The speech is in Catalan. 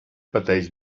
pateix